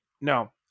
no